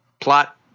plot